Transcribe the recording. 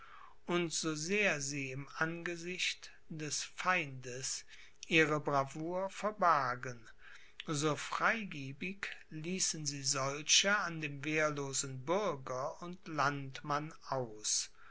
und so sehr sie im angesicht des feindes ihre bravour verbargen so freigebig ließen sie solche an dem wehrlosen bürger und landmann aus